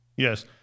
Yes